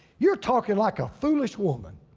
you're talking like a foolish woman?